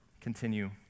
continue